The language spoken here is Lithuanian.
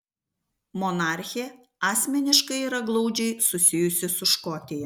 monarchė asmeniškai yra glaudžiai susijusi su škotija